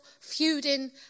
feuding